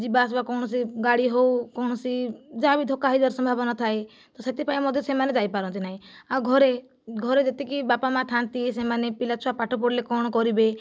ଯିବା ଆସିବା କୌଣସି ଗାଡ଼ି ହେଉ କୌଣସି ଯାହା ବି ଧକ୍କା ହୋଇଯିବାର ସମ୍ଭାବନା ଥାଏ ତ ସେଥିପାଇଁ ମଧ୍ୟ ସେମାନେ ଯାଇପାରନ୍ତି ନାହିଁ ଆଉ ଘରେ ଘରେ ଯେତିକି ବାପା ମା ଥାଆନ୍ତି ସେମାନେ ପିଲା ଛୁଆ ପାଠ ପଢ଼ିଲେ କ'ଣ କରିବେ